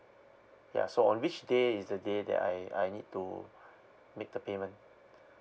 yeah so on which day is the day that I I need to make the payment